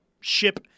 ship